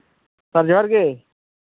ᱥᱟᱨ ᱡᱚᱦᱟᱨᱜᱮ